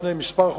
לפני חודשים מספר,